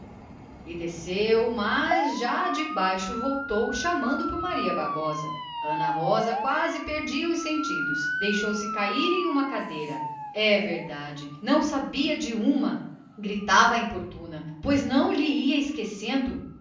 e desceu mas já debaixo voltou chamando por maria bárbara olhe babu ana rosa quase perde os sentidos deixou-se cair em uma cadeira é verdade você não sabe de uma pois não lhe ia esquecendo